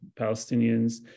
Palestinians